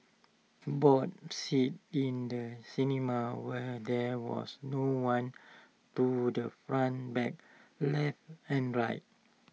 bought seats in the cinema where there was no one to the front back left and right